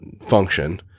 function